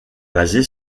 basée